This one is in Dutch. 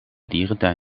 dierentuin